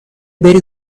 بری